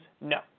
No